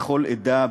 לכל עדה,